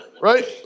Right